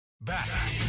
back